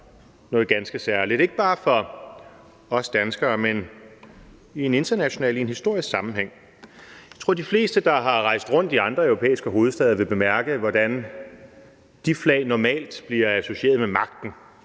noget ganske særligt – ikke bare for os danskere, men i en international, i en historisk sammenhæng. Jeg tror, at de fleste, der har rejst rundt i andre europæiske hovedstæder, vil have bemærket, hvordan de flag normalt bliver associeret med magten.